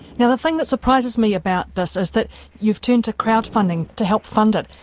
yeah the thing that surprises me about this is that you've turned to crowd funding to help fund it.